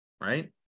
right